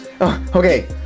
okay